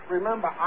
Remember